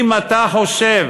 אם אתה חושב